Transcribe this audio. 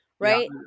Right